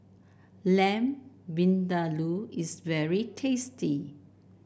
Lamb Vindaloo is very tasty